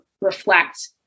reflect